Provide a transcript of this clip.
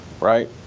right